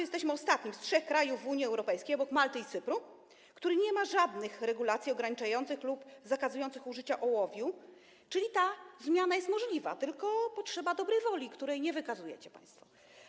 Jesteśmy ostatnim z trzech krajów w Unii Europejskiej, obok Malty i Cypru, który nie ma żadnych regulacji ograniczających użycie lub zakazujących użycia ołowiu, czyli ta zmiana jest możliwa, tylko potrzeba dobrej woli, której nie wykazujecie państwo.